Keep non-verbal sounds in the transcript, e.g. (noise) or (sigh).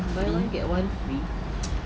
buy one get one free (noise)